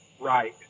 right